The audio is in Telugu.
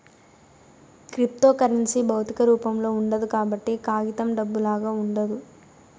క్రిప్తోకరెన్సీ భౌతిక రూపంలో ఉండదు కాబట్టి కాగితం డబ్బులాగా ఉండదు